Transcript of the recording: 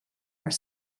are